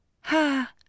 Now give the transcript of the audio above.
Ha